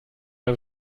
mal